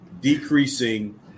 decreasing